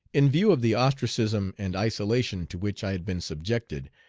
in view of the ostracism and isolation to which i had been subjected,